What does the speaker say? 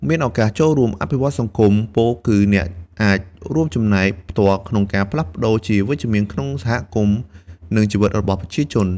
មានឱកាសចូលរួមអភិវឌ្ឍន៍សង្គម ពោលគឺអ្នកអាចរួមចំណែកផ្ទាល់ក្នុងការផ្លាស់ប្តូរជាវិជ្ជមានក្នុងសហគមន៍ និងជីវិតរបស់ប្រជាជន។